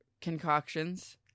concoctions